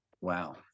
Wow